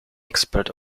expert